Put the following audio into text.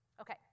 Okay